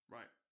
Right